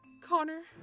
Connor